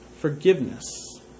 forgiveness